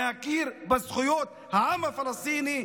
להכיר בזכויות העם הפלסטיני,